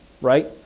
right